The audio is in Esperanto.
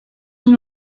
vin